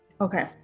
Okay